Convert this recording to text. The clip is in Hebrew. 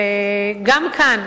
וגם כאן,